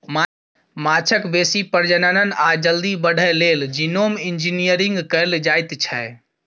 माछक बेसी प्रजनन आ जल्दी बढ़य लेल जीनोम इंजिनियरिंग कएल जाएत छै